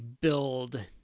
build